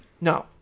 No